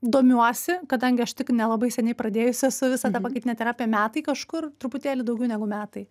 domiuosi kadangi aš tik nelabai seniai pradėjus esu visą tą pakaitinę terapiją metai kažkur truputėlį daugiau negu metai